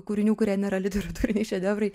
kūrinių kurie nėra literatūriniai šedevrai